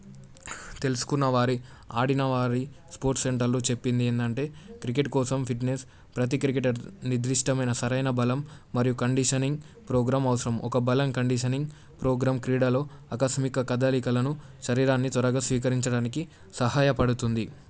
తెలుసుకున్న వారి ఆడిన వారి స్పోర్ట్స్ సెంటర్లు చెప్పింది ఏంటంటే క్రికెట్ కోసం ఫిట్నెస్ ప్రతి క్రికెటర్ నిర్దిష్టమైన సరైన బలం మరియు కండీషనింగ్ ప్రోగ్రాం అవసరం ఒక బలం కండిషనింగ్ ప్రోగ్రాం క్రీడలో ఆకస్మిక కదలికలను శరీరాన్ని త్వరగా స్వీకరించడానికి సహాయపడుతుంది